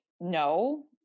no